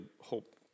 hope